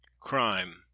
CRIME